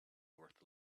worth